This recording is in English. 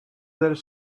there